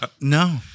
no